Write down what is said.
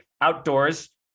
outdoors